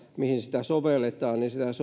mihin sitä sovelletaan sitä